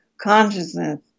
consciousness